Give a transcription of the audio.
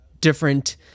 different